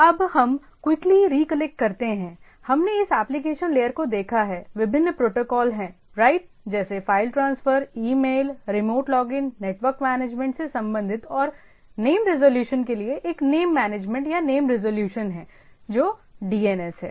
अब हम quickly recollect करते हैं हमने इस एप्लिकेशन लेयर को देखा है विभिन्न प्रोटोकॉल हैं राइट जैसे file transfer email remote login network management से संबंधित और नेम रेजोल्यूशन के लिए एक नेम मैनेजमेंट या नेम रेजोल्यूशन है जो डीएनएस है